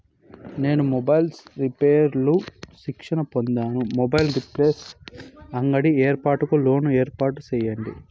నేను mobiles repairs లో శిక్షణ పొందాను, మొబైల్ రిపైర్స్ అంగడి ఏర్పాటుకు లోను ఏర్పాటు సేయండి?